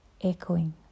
echoing